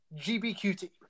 GBQT